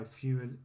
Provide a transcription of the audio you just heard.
fuel